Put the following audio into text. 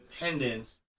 independence